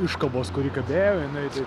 iškabos kuri kabėjo jinai taip